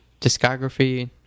discography